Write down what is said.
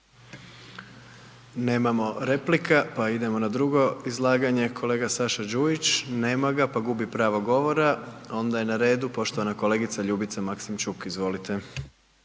Nemamo replika, pa idemo na drugo izlaganje, kolega Saša Đujić, nema ga pa gubi pravo govora. Onda je na redu poštovana kolegica Ljubica Maksimčuk, izvolite.